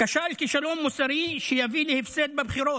כשל כישלון מוסרי שיביא להפסד בבחירות.